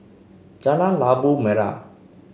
Jalan Labu Merah